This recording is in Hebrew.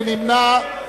מי נמנע?